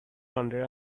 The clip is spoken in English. hundred